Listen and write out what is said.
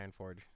ironforge